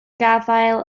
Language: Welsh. gafael